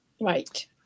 Right